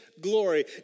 glory